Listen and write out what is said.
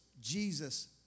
Jesus